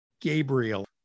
gabriel